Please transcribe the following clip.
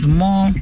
more